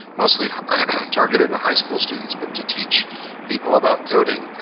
mostly targeted to high school students, but to teach people about coding and